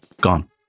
gone